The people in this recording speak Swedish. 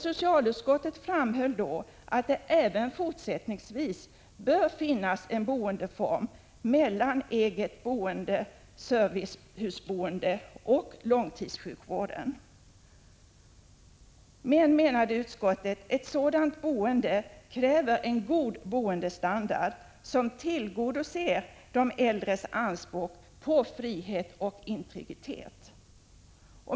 Socialutskottet framhöll då att det även fortsättningsvis bör finnas en boendeform mellan eget boende/servicehusboende och långtidssjukvården. Men, menade utskottet, ett sådant boende kräver en god boendestandard, som tillgodoser de äldres anspråk på frihet och integritet.